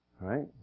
Right